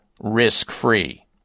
risk-free